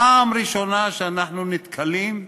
פעם ראשונה שאנחנו נתקלים,